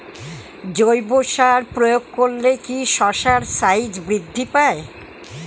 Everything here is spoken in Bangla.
জৈব সার প্রয়োগ করলে কি শশার সাইজ বৃদ্ধি পায়?